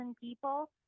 people